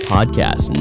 Podcast